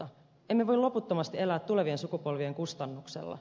emme voi loputtomasti elää tulevien sukupolvien kustannuksella